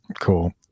Cool